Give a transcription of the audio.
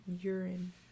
urine